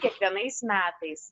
kiekvienais metais